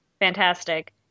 fantastic